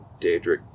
daedric